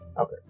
Okay